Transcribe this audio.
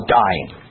dying